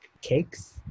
cakes